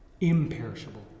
Imperishable